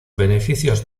beneficios